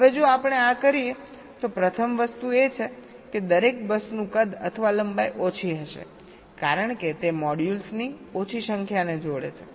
હવે જો આપણે આ કરીએ તો પ્રથમ વસ્તુ એ છે કે દરેક બસનું કદ અથવા લંબાઈ ઓછી હશે કારણ કે તે મોડ્યુલ્સની ઓછી સંખ્યાને જોડે છે